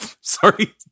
Sorry